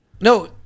No